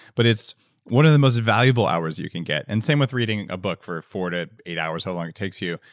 but it's one of the most valuable hours you can get, and the same with reading a book for four to eight hours, how long it takes you,